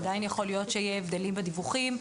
עדיין יכול להיות שיהיו הבדלים בדיווחים.